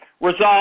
resolve